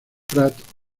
prat